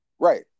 Right